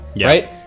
right